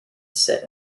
sit